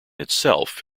itself